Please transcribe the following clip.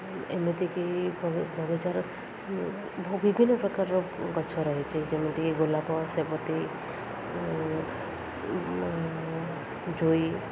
ଏମିତିକି ବଗିଚାର ବିଭିନ୍ନ ପ୍ରକାରର ଗଛ ରହିଛି ଯେମିତିକି ଗୋଲାପ ସେବତୀ ଜୁଇ